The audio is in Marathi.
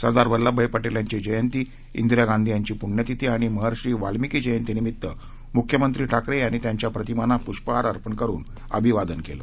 सरदार वल्लभाई पटेल यांची जयंती इंदिरा गांधी यांची प्ण्यतिथी आणि महर्षी वाल्मीकी जयंती निमित्त मुख्यमंत्री उद्धव ठाकरे यांनी त्यांच्या प्रतिमांना प्रष्पहार अर्पण करुन अभिवादन केलं